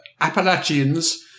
Appalachians